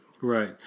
Right